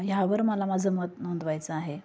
ह्यावर मला माझं मत नोंदवायचं आहे